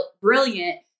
brilliant